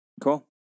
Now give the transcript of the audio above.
Cool